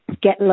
get